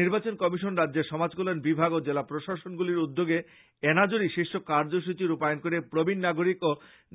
নির্বাচন কমিশন রাজ্যের সমাজ কল্যাণ বিভাগ ও জেলা প্রশাসনগুলির উদ্যোগে এনাজরী শীর্ষক কার্যসূচী রূপায়ণ করে প্রবীণ নাগরিক ও